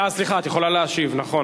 אה, סליחה, את יכולה להשיב, נכון.